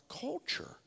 culture